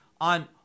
on